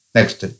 Next